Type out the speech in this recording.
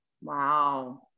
wow